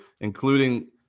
including